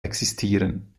existieren